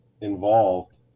involved